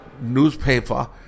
newspaper